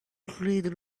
great